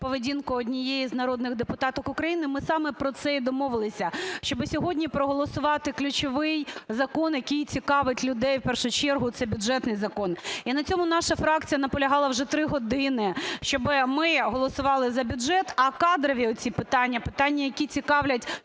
поведінку однієї з народних депутаток України, ми саме про це і домовилися, щоб сьогодні проголосувати ключовий закон, який цікавить людей в першу чергу – це бюджетний закон. І на цьому наша фракція наполягала вже три години, щоб ми голосували за бюджет, а кадрові оці питання, питання, які цікавлять